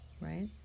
right